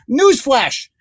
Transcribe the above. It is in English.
Newsflash